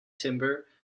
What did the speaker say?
timber